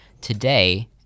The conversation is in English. today